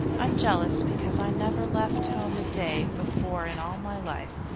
i'm jealous because i never left home a day before in all my life,